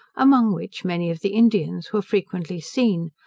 among which many of the indians were frequently seen,